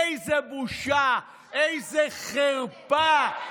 איזו בושה, איזו חרפה.